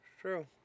True